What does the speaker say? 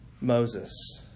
Moses